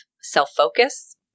self-focus